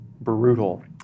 brutal